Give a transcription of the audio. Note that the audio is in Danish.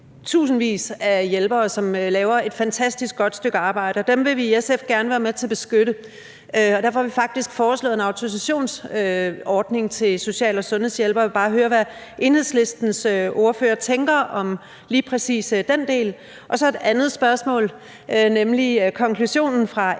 tusindvis af hjælpere, som laver et fantastisk godt stykke arbejde, og dem vil vi i SF gerne være med til at beskytte. Der har vi faktisk foreslået en autorisationsordning for social- og sundhedshjælpere. Jeg vil bare høre, hvad Enhedslistens ordfører tænker om lige præcis den del. Så til et andet spørgsmål, nemlig vedrørende